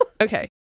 okay